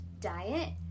diet